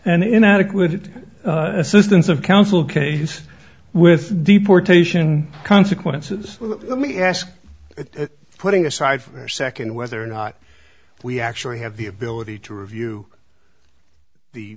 an inadequate assistance of counsel case with deportation consequences let me ask putting aside for a second whether or not we actually have the ability to review the